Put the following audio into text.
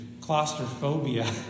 claustrophobia